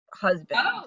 husband